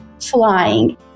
flying